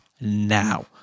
now